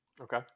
Okay